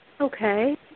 Okay